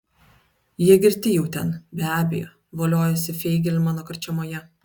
jie girti jau ten be abejo voliojasi feigelmano karčiamoje